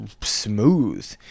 smooth